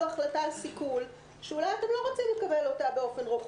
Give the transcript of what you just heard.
החלטה על סיכול שאולי אתם לא רוצים לקבל אותה באופן רוחבי.